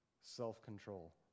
self-control